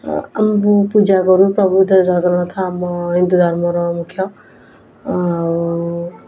ଆମେ ବହୁ ପୂଜା କରୁ ପ୍ରଭୁ ଜଗନ୍ନାଥ ଆମ ହିନ୍ଦୁ ଧର୍ମର ମୁଖ୍ୟ ଆଉ